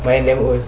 but it's damn old